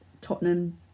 Tottenham